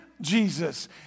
Jesus